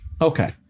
Okay